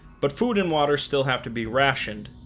but food and water still have to be rationed